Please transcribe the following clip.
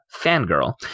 Fangirl